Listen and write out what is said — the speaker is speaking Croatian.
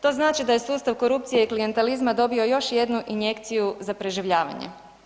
To znači da je sustav korupcije i klijentelizma dobio još jednu injekciju za preživljavanje.